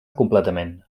completament